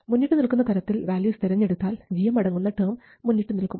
മുന്നിട്ടുനിൽക്കുന്ന തരത്തിൽ വാല്യൂസ് തെരഞ്ഞെടുത്താൽ gm അടങ്ങുന്ന ടേം മുന്നിട്ടുനിൽക്കും